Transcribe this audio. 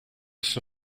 στο